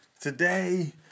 Today